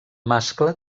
mascle